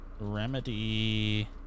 Remedy